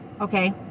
okay